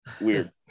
weird